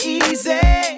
easy